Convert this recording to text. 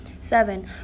Seven